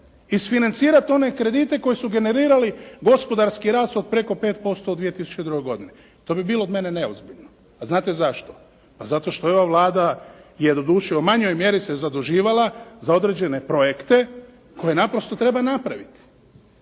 isfinancirat one kredite koji su generirali gospodarski rast od preko 5% u 2002. godini. To bi bilo od mene neozbiljno. A znate zašto? Zato što je doduše u manjoj mjeri se zaduživala za određene projekte koje naprosto treba napraviti.